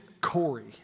Corey